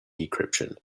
decryption